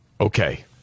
Okay